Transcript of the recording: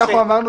אמרנו